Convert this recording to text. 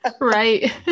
Right